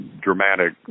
dramatic